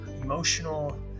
emotional